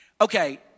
okay